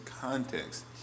context